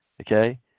okay